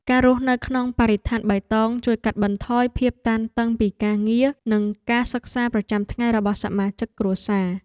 ការរស់នៅក្នុងបរិស្ថានបៃតងជួយកាត់បន្ថយភាពតានតឹងពីការងារនិងការសិក្សាប្រចាំថ្ងៃរបស់សមាជិកគ្រួសារ។